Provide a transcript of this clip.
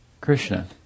Krishna